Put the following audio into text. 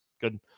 good